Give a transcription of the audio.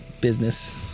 business